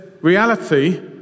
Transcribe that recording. reality